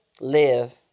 Live